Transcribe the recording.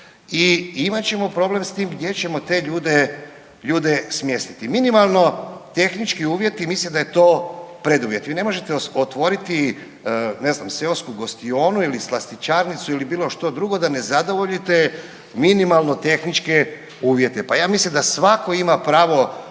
i imat ćemo problem s tim gdje ćemo te ljude smjestiti. Minimalno tehnički uvjeti mislim da je to preduvjet. Vi ne možete otvoriti ne znam seosku gostionu ili slastičarnicu ili bilo što drugo da ne zadovoljite minimalno tehničke uvjete. Pa ja mislim da svatko ima pravo